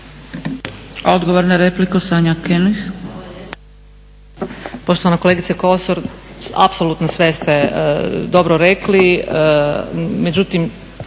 Odgovor na repliku Sonja König.